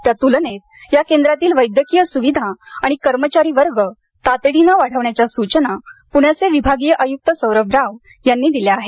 त्या तुलनेत या केंद्रातील वैद्यकीय सुविधा आणि कर्मचारी वर्ग तातडीनं वाढवण्याच्या सूचना प्रण्याचे विभागीय आय्क्त सौरभ राव यांनी दिल्या आहेत